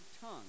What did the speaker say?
tongue